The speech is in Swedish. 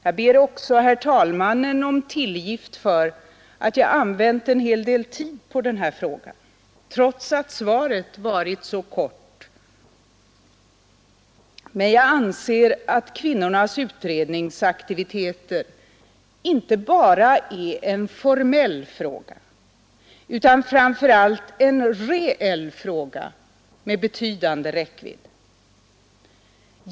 Jag ber också herr talmannen om tillgift för att jag använt en hel del tid på den här frågan, trots att svaret varit så kort, men jag anser att kvinnornas utredningsaktiviteter inte bara är en formell fråga utan framför allt en reell fråga med betydande räckvidd.